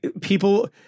people